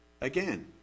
again